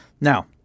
Now